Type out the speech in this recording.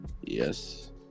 Yes